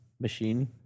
machine